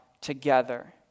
together